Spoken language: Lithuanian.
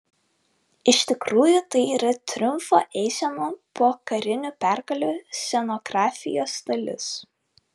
iš tikrųjų tai yra triumfo eisenų po karinių pergalių scenografijos dalis